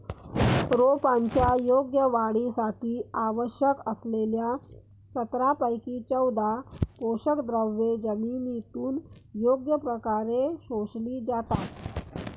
रोपांच्या योग्य वाढीसाठी आवश्यक असलेल्या सतरापैकी चौदा पोषकद्रव्ये जमिनीतून योग्य प्रकारे शोषली जातात